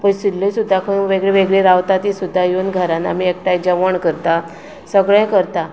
पयसुल्ली सुद्दां कोण वेगळे वेगळे रावतात तीं सुद्दां येवन एकठांय येवून आमी घरांत जेवण रांदतात सगळें करतात